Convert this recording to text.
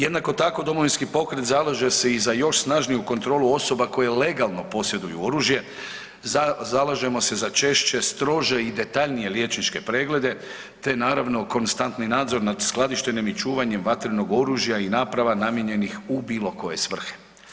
Jednako tako Domovinski pokret zalaže se i za još snažniju kontrolu osoba koje legalno posjeduju oružje, zalažemo se za češće, strože i detaljnije liječničke preglede, te naravno konstantni nadzor nad skladištenjem i čuvanjem vatrenog oružja i naprava namijenjenih u bilo koje svrhe.